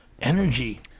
energy